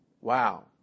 Wow